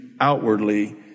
outwardly